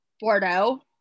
Bordeaux